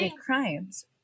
crimes